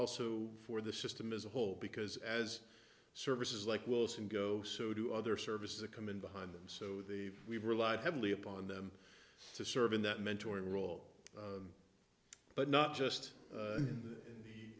also for the system is a whole because as services like wilson go so do other services that come in behind them so the we've relied heavily upon them to serve in that mentoring role but not just in the